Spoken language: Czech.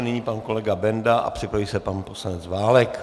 Nyní pan kolega Benda a připraví se pan poslanec Válek.